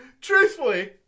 Truthfully